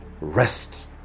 rest